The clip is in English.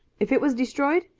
if it was destroyed,